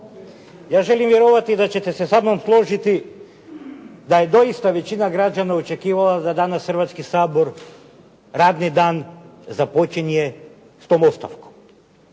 Ja želim vjerovati da ćete se sa mnom složiti da je doista većina građana očekivala da danas Hrvatski sabor radni dan započinje s tom ostavkom.